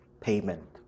payment